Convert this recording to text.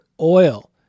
oil